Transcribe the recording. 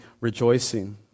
rejoicing